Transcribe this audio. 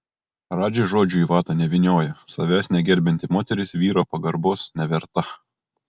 radži žodžių į vatą nevynioja savęs negerbianti moteris vyro pagarbos neverta